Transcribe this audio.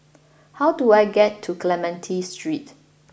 how do I get to Clementi Street